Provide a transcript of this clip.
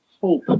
hope